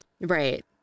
Right